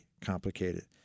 complicated